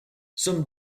some